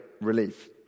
relief